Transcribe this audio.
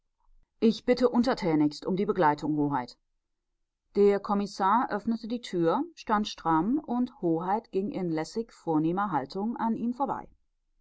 ich bitte untertänigst um die begleitung hoheit der kommissar öffnete die tür stand stramm und hoheit ging in lässig vornehmer haltung an ihm vorbei